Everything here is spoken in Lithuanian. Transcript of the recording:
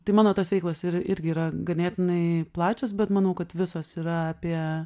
tai mano tos veiklos ir irgi yra ganėtinai plačios bet manau kad visos yra apie